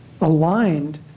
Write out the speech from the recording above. aligned